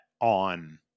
on